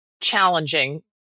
challenging